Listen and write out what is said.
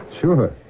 Sure